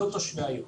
לא תושבי העיר.